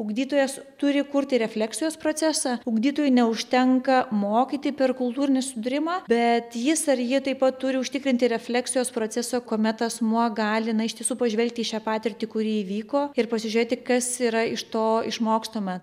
ugdytojas turi kurti refleksijos procesą ugdytojui neužtenka mokyti per kultūrinį susidūrimą bet jis ar ji taip pat turi užtikrinti refleksijos procesą kuomet asmuo gali na iš tiesų pažvelgti į šią patirtį kuri įvyko ir pasižiūrėti kas yra iš to išmokstama